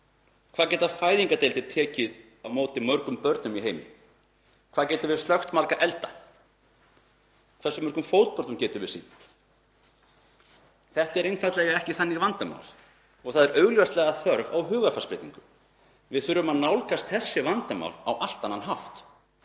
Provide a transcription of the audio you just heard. Hvað geta fæðingardeildir tekið á móti mörgum börnum? Hvað getum við slökkt marga elda? Hversu mörgum fótbrotum getum við sinnt? Þetta er einfaldlega ekki þannig vandamál og augljóslega er þörf á hugarfarsbreytingu. Við þurfum að nálgast þessi vandamál á allt annan hátt.